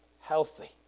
healthy